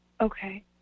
Okay